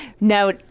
No